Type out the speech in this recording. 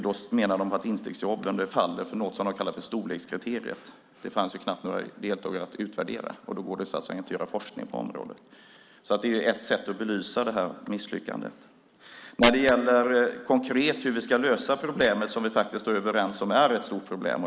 De menar att instegsjobben faller för något som de kallar för storlekskriteriet. Det fanns ju knappt några deltagare att utvärdera, och då går det inte att bedriva forskning på området. Det är ett sätt att belysa det här misslyckandet. Sedan är frågan hur vi konkret ska lösa problemet, och vi är överens om att det faktiskt är ett stort problem.